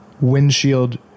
windshield